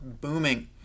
booming